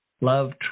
Love